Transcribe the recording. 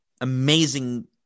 amazing